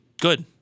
Good